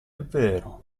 vero